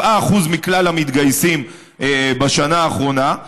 7% מכלל המתגייסים בשנה האחרונה.